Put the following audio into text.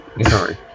Sorry